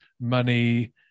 money